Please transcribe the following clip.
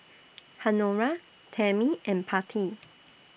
Honora Tammy and Patti